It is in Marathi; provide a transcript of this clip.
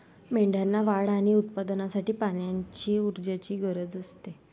मेंढ्यांना वाढ आणि उत्पादनासाठी पाण्याची ऊर्जेची गरज असते